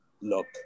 look